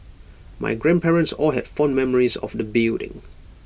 my grandparents all had fond memories of the building